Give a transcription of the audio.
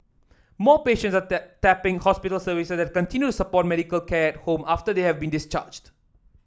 more patients are tapping hospital services that continue support medical care home after they have been discharged